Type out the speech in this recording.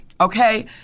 okay